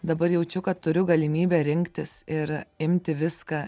dabar jaučiu kad turiu galimybę rinktis ir imti viską